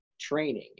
training